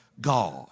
God